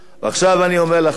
עכשיו אני אומר לך,